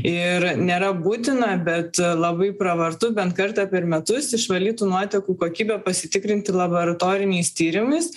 ir nėra būtina bet labai pravartu bent kartą per metus išvalytų nuotekų kokybę pasitikrinti laboratoriniais tyrimais